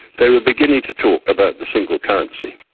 they were beginning to talk about the single currency,